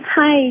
Hi